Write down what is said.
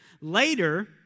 Later